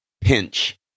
pinch